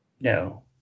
no